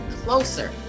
closer